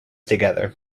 together